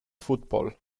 football